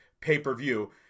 pay-per-view